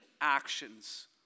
actions